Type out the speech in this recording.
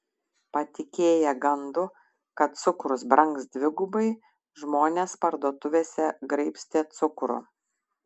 patikėję gandu kad cukrus brangs dvigubai žmonės parduotuvėse graibstė cukrų